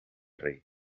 rey